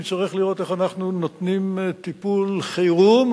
ונצטרך לראות איך אנחנו נותנים טיפול חירום,